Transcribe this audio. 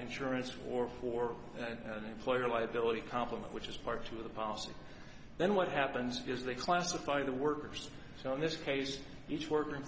insurance or for an employer liability complement which is part two of the policy then what happens is they classify the workers so in this case each worker